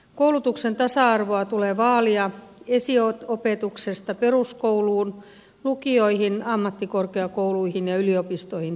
koulutuksen tasa arvoa tulee vaalia esiopetuksesta peruskouluun lukioihin ammattikorkeakouluihin ja yliopistoihin saakka